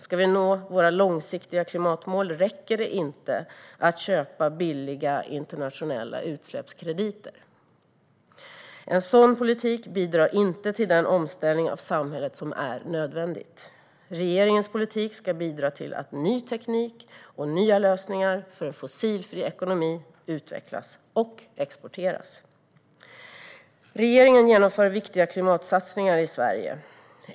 Ska vi nå våra långsiktiga klimatmål räcker det inte att köpa billiga internationella utsläppskrediter. En sådan politik bidrar inte till den omställning av samhället som är nödvändig. Regeringens politik ska bidra till att ny teknik och nya lösningar för en fossilfri ekonomi utvecklas och exporteras. Regeringen genomför viktiga klimatsatsningar i Sverige.